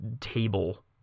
table